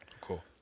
Cool